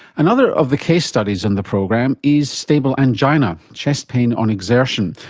another of the case studies on the program is stable angina, chest pain on exertion,